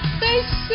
face